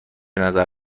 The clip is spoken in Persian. نظر